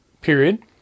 period